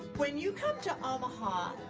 when you come to omaha,